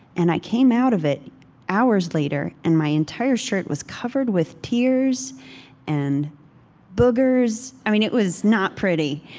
and i came out of it hours later, and my entire shirt was covered with tears and boogers. i mean, it was not pretty